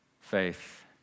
faith